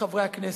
מחברי הכנסת.